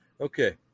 Okay